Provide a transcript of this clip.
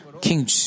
King